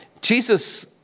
Jesus